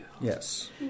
Yes